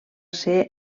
ser